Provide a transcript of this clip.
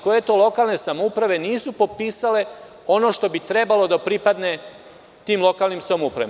Koje to lokalne samouprave nisu popisale ono što bi trebalo da pripadne tim lokalnim samoupravama?